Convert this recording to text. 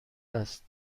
است